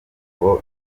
ngo